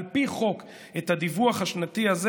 על פי חוק את הדיווח השנתי הזה.